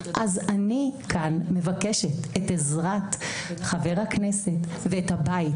אני כאן מבקשת את עזרת חברי הכנסת ואת הבית,